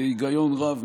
בהיגיון רב,